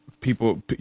people